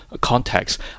context